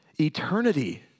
eternity